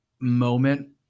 moment